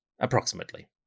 approximately